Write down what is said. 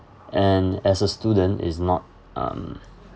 and as a student is not um